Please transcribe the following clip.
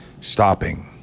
Stopping